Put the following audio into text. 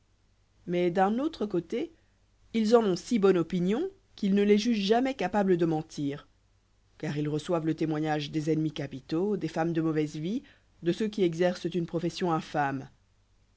mais d'un autre côté ils en ont si bonne opinion qu'ils ne les jugent jamais capables de mentir car ils reçoivent le témoignage des ennemis capitaux des femmes de mauvaise vie de ceux qui exercent une profession